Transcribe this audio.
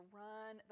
run